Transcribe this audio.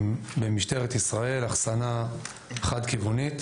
במשטרת ישראל, אחסנה חד כיוונית,